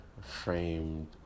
framed